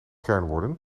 kernwoorden